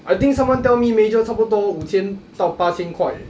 I think someone tell me major 差不多五千到八千块 eh